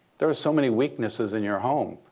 there are so many weaknesses in your home.